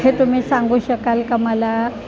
हे तुम्ही सांगू शकाल का मला